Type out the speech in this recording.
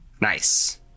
nice